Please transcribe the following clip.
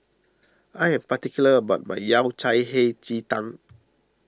I am particular about my Yao Cai Hei Ji Tang